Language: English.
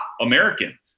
American